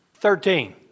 Thirteen